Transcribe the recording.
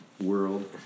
world